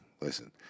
listen